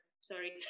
sorry